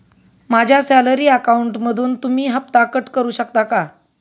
माझ्या सॅलरी अकाउंटमधून तुम्ही हफ्ता कट करू शकता का?